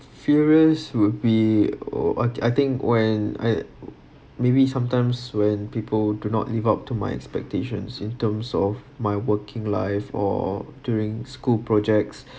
furious would be o~ I I think when I maybe sometimes when people do not live up to my expectations in terms of my working life or during school projects